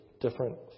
different